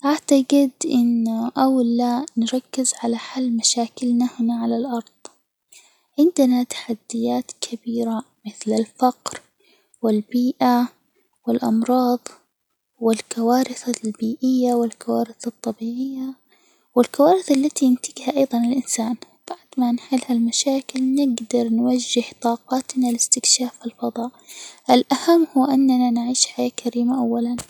أعتجد إنه أولى نركز على حل مشاكلنا هنا على الأرض، عندنا تحديات كبيرة مثل الفقر، والبيئة، والأمراض، والكوارث البيئية والكوارث الطبيعية، والكوارث التي ينتجها أيضًا الإنسان، بعد ما نحل هالمشاكل، نجدر نوجه طاجتنا لاستكشاف الفضاء، الأهم هو أننا نعيش حياة كريمة أولًا.